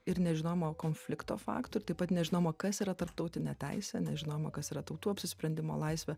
ir nežinojoma konflikto faktų ir taip pat nežinojoma kas yra tarptautinė teisė nežinojoma kas yra tautų apsisprendimo laisvė